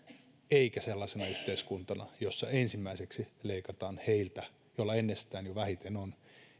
eikä sellaisena yhteiskuntana jossa ensimmäiseksi leikataan heiltä joilla jo ennestään vähiten on